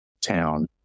town